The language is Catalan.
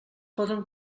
poden